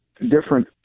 different